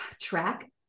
track